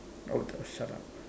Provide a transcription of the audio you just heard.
oh uh shut up